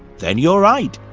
then, you're right.